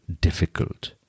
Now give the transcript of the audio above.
difficult